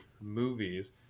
movies